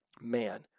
Man